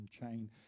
chain